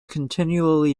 continually